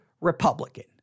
Republican